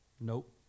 Nope